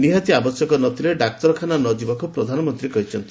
ନିହାତି ଆବଶ୍ୟକ ନ ଥିଲେ ଡାକ୍ତରଖାନା ନ ଯିବାକୁ ପ୍ରଧାନମନ୍ତୀ କହିଛନ୍ତି